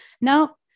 now